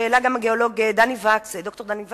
שהעלה גם הגיאולוג ד"ר דני וקס.